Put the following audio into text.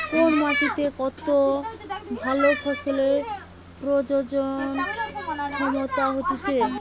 কোন মাটিতে কত ভালো ফসলের প্রজনন ক্ষমতা হতিছে